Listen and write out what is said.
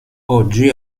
oggi